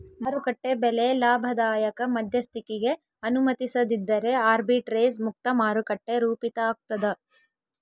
ಮಾರುಕಟ್ಟೆ ಬೆಲೆ ಲಾಭದಾಯಕ ಮಧ್ಯಸ್ಥಿಕಿಗೆ ಅನುಮತಿಸದಿದ್ದರೆ ಆರ್ಬಿಟ್ರೇಜ್ ಮುಕ್ತ ಮಾರುಕಟ್ಟೆ ರೂಪಿತಾಗ್ತದ